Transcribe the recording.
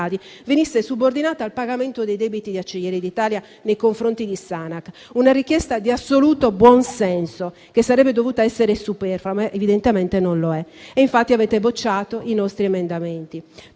venisse subordinata al pagamento dei debiti di ADI nei confronti di Sanac: una richiesta di assoluto buon senso, che avrebbe dovuto essere superflua, ma evidentemente non lo è. Infatti avete bocciato tutti i nostri emendamenti